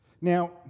Now